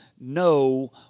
no